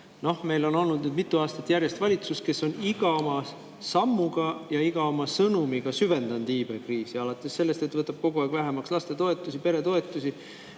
Meil on olnud mitu aastat järjest valitsus, kes on iga oma sammuga ja iga oma sõnumiga süvendanud iibekriisi. Seda alates sellest, et ta võtab kogu aeg vähemaks lastetoetusi, peretoetusi,